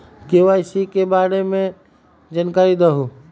KYC के बारे में जानकारी दहु?